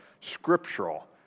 scriptural